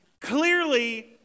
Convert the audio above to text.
Clearly